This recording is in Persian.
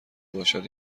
باشد